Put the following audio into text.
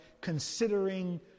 considering